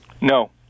No